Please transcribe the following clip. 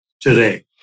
today